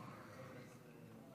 ההצעה להעביר את הנושא לוועדת הבריאות